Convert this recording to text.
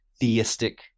theistic